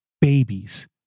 babies